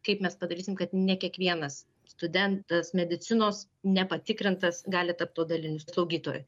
kaip mes padarysim kad ne kiekvienas studentas medicinos nepatikrintas gali tapt tuo daliniu slaugytoju